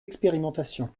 expérimentations